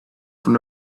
from